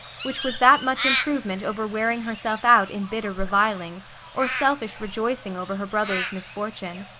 which was that much improvement over wearing herself out in bitter revilings, or selfish rejoicing over her brothers' misfortune.